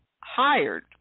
hired